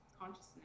consciousness